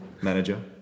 manager